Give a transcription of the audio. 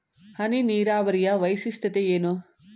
ಹನಿ ನೀರಾವರಿಯ ವೈಶಿಷ್ಟ್ಯತೆ ಏನು?